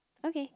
okay